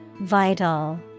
Vital